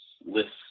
lists